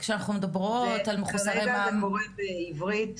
כשאנחנו מדברות, זה קורה באנגלית, עברית,